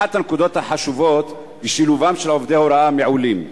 אחת הנקודות החשובות היא שילובם של עובדי הוראה מעולים.